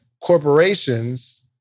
corporations